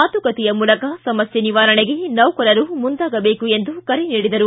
ಮಾತುಕತೆಯ ಮೂಲಕ ಸಮಸ್ಕೆ ನಿವಾರಣೆಗೆ ಮುಂದಾಗಬೇಕು ಎಂದು ಕರೆ ನೀಡಿದರು